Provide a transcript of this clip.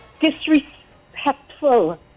disrespectful